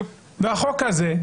והחוק הזה,